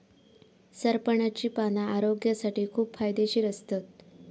सरपणाची पाना आरोग्यासाठी खूप फायदेशीर असतत